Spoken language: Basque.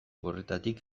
horretatik